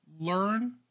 learn